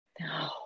No